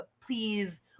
please